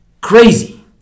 crazy